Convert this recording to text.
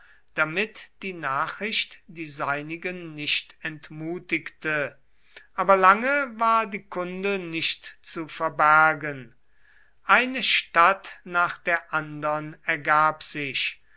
damit die nachricht die seinigen nicht entmutigte aber lange war die kunde nicht zu verbergen eine stadt nach der andern ergab sich